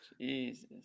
Jesus